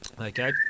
Okay